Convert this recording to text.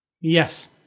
Yes